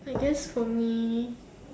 I guess for me